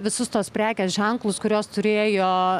visus tuos prekės ženklus kuriuos turėjo